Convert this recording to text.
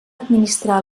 administrar